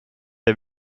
der